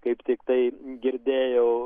kaip tiktai girdėjau